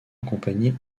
accompagné